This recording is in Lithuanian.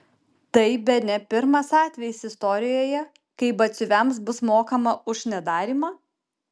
tai bene pirmas atvejis istorijoje kai batsiuviams bus mokama už nedarymą